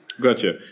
Gotcha